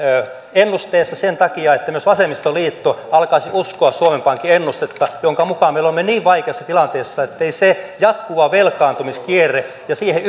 ennusteesta sen takia että myös vasemmistoliitto alkaisi uskoa suomen pankin ennustetta jonka mukaan me olemme niin vaikeassa tilanteessa etteivät se jatkuva velkaantumiskierre ja siihen